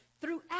Throughout